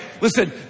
Listen